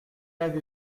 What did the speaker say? avez